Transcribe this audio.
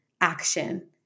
action